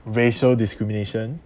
racial discrimination